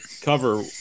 cover